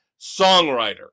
songwriter